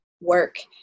work